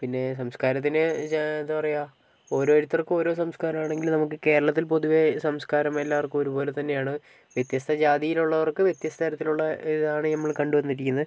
പിന്നെ സംസ്ക്കാരത്തിന് എന്താ പറയുക ഓരോരുത്തർക്കും ഓരോ സംസ്ക്കാരമാണെങ്കിൽ നമുക്ക് കേരളത്തിൽ പൊതുവേ സംസ്ക്കാരം എല്ലാവർക്കും ഒരുപോലെത്തന്നെയാണ് വ്യത്യസ്ത ജാതിയിലുള്ളവർക്ക് വിത്യസ്ത തരത്തിലുള്ള ഇതാണ് നമ്മൾ കണ്ടുവന്നിരിക്കുന്നത്